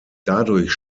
dadurch